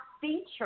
feature